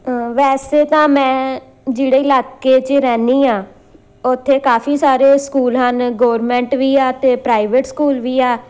ਵੈਸੇ ਤਾਂ ਮੈਂ ਜਿਹੜੇ ਇਲਾਕੇ 'ਚ ਰਹਿੰਦੀ ਹਾਂ ਉੱਥੇ ਕਾਫੀ ਸਾਰੇ ਸਕੂਲ ਹਨ ਗੋਰਮੈਂਟ ਵੀ ਆ ਅਤੇ ਪ੍ਰਾਈਵੇਟ ਸਕੂਲ ਵੀ ਆ